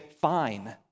fine